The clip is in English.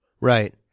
right